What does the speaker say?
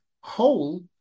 whole